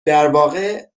درواقع